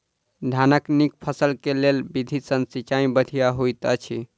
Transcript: धानक नीक फसल केँ लेल केँ विधि सँ सिंचाई बढ़िया होइत अछि?